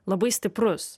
labai stiprus